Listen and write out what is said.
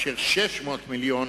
והתפלת 600 מיליון